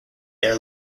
their